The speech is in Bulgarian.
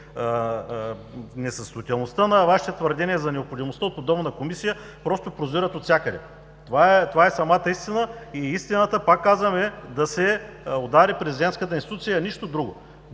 Несъстоятелността на Вашите твърдения за необходимостта от подобна Комисия просто прозира отвсякъде. Това е самата истина. Истината, пак казвам, е да се удари президентската институция, нищо друго.